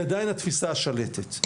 היא עדיין התפיסה השלטת,